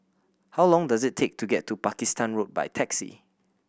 how long does it take to get to Pakistan Road by taxi